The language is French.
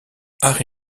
harry